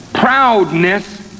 Proudness